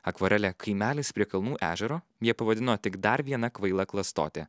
akvarele kaimelis prie kalnų ežero jie pavadino tik dar viena kvaila klastote